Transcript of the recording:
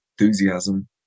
enthusiasm